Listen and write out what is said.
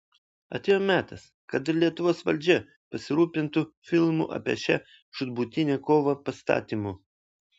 atėjo metas kad ir lietuvos valdžia pasirūpintų filmų apie šią žūtbūtinę kovą pastatymu